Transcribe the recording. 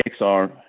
XR